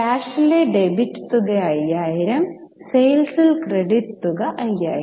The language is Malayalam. ക്യാഷിലെ ഡെബിറ്റ് തുക 5000 സെയിൽസ് ക്രെഡിറ്റ് തുക 5000